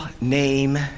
name